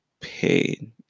pain